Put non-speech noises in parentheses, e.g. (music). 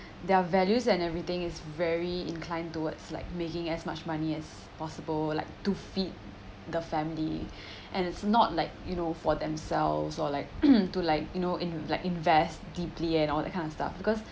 their values and everything is very inclined towards like making as much money as possible like to feed the family and it's not like you know for themselves or like (noise) to like you know in like invest deeply and all that kind of stuff because